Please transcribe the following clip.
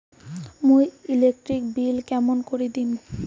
মুই electric bill কেমন করি দিম?